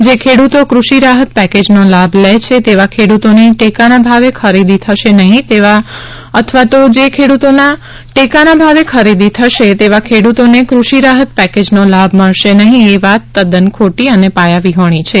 જે ખેડૂતો કૃષિ રાહત પેકેજનો લાભ લે છે તેવા ખેડૂતોની ટેકાના ભાવે ખરીદી થશે નહી અથવા તો જે ખેડૂતોની ટેકાના ભાવે ખરીદી થશે તેવા ખેડૂતોને ક્રષિ રાહત પેકેજનો લાભ મળશે નહી એ વાત તદન ખોટી અને પાયાવિહોણી છે